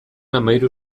hamahiru